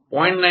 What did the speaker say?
93 થી 0